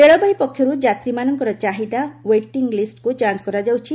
ରେଳବାଇ ପକ୍ଷରୁ ଯାତ୍ରୀମାନଙ୍କର ଚାହିଦା ଓ୍ବେଟିଂ ଲିଷ୍ଟକୁ ଯାଞ୍ଚ କରାଯାଉଛି